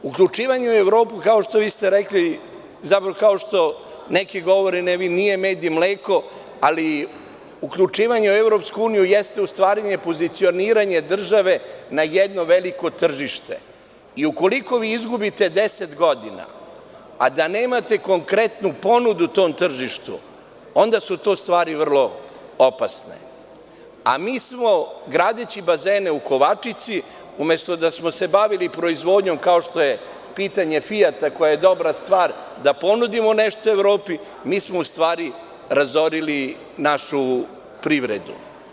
Uključivanje u Evropu, kao što ste vi rekli, kao što neki govore, nije med i mleko, ali uključivanje u EU jeste pozicioniranje države na jedno veliko tržište i ukoliko vi izgubite 10 godina, a da nemate konkretnu ponudu u tom tržištu, onda su to vrlo opasne stvari, a mi smo gradeći bazene u Kovačici, umesto da smo se bavili proizvodnjom, kao što je pitanje Fijata, koji je dobra stvar, da ponudimo nešto Evropi, razorili našu privredu.